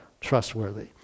trustworthy